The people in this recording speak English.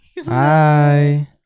hi